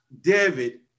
David